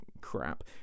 crap